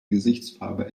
gesichtsfarbe